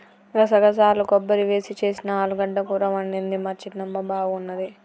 గసగసాలు కొబ్బరి వేసి చేసిన ఆలుగడ్డ కూర వండింది మా చిన్నమ్మ బాగున్నది